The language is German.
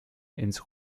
ins